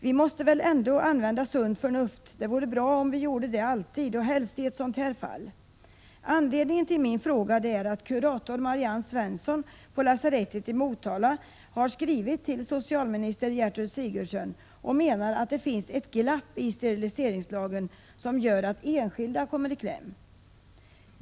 Vi måste väl ändå använda sunt förnuft — det vore bra om vi gjorde det alltid, och helst i ett sådant här fall. Anledningen till min fråga är att kurator Marianne Svensson på lasarettet i Motala har skrivit till socialminister Gertrud Sigurdsen att hon menar att det finns ett glapp i steriliseringslagen som gör att enskilda kommer i kläm.